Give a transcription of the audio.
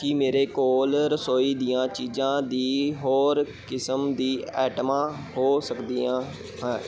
ਕੀ ਮੇਰੇ ਕੋਲ ਰਸੋਈ ਦੀਆਂ ਚੀਜ਼ਾਂ ਦੀ ਹੋਰ ਕਿਸਮ ਦੀ ਆਈਟਮਾਂ ਹੋ ਸਕਦੀਆ ਹੈ